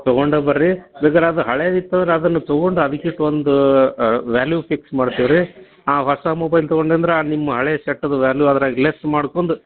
ತೊಗೊಂಡು ಬರ್ರಿ ಬೇಕಾರೆ ಅದು ಹಳೇದು ಇತ್ತು ಅಂದ್ರೆ ಅದನ್ನು ತೊಗೊಂಡು ಅದಕ್ಕಿಷ್ಟು ಒಂದು ವ್ಯಾಲ್ಯೂ ಫಿಕ್ಸ್ ಮಾಡ್ತೀವಿ ರೀ ಆ ಹೊಸ ಮೊಬೈಲ್ ತೊಗೊಂಡು ಅಂದ್ರೆ ಅದು ನಿಮ್ಮ ಹಳೆ ಸೆಟ್ಟದು ವ್ಯಾಲ್ಯೂ ಅದ್ರಾಗೆ ಲೆಸ್ ಮಾಡ್ಕೊಂಡ್